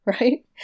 right